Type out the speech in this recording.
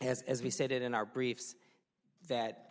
as as we said it in our briefs that